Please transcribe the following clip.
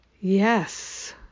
Yes